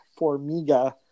Formiga